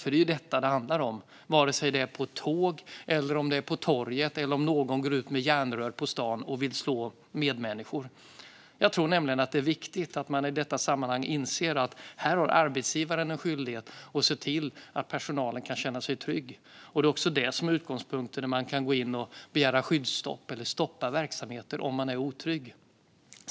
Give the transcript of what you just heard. För det är detta det handlar om, oavsett om det är på ett tåg eller på torget eller om någon går ut med järnrör på stan och vill slå medmänniskor. Jag tror nämligen att det är viktigt att i detta sammanhang inse att arbetsgivaren har en skyldighet att se till att personalen kan känna sig trygg. Det är också detta som är utgångspunkten när man kan gå in och begära skyddsstopp eller stoppa verksamheter om det råder otrygghet.